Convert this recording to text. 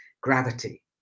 gravity